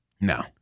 No